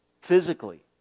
physically